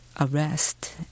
arrest